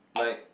like